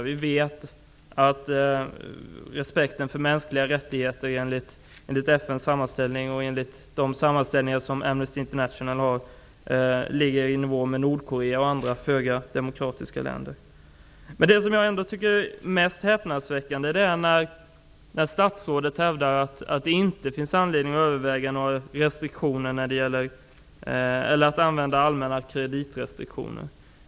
Vi vet att respekten för mänskliga rättigheter, enligt sammanställningar av FN och Amnesty International, ligger i nivå med den i Nordkorea och andra föga demokratiska länder. Men det som jag tycker är mest häpnadsväckande är att statsrådet hävdar att det inte finns anledning att sätta in allmänna kreditrestriktioner.